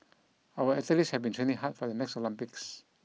our athletes have been training hard for the next Olympics